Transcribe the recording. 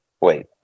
wait